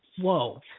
whoa